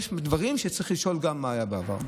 יש דברים שעליהם צריך לשאול גם מה היה בעבר.